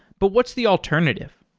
but what's the alternative?